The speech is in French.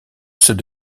ceux